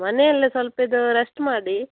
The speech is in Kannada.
ಮನೆಯಲ್ಲೆ ಸ್ವಲ್ಪ ಇದು ರೆಸ್ಟ್ ಮಾಡಿ